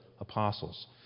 Apostles